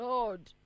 Lord